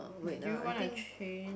do you wanna change